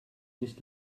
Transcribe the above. nicht